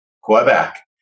Quebec